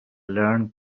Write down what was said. learned